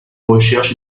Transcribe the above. recherche